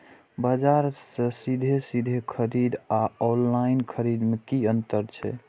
बजार से सीधे सीधे खरीद आर ऑनलाइन खरीद में की अंतर छै?